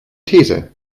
these